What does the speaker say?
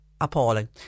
appalling